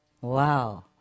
Wow